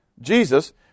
Jesus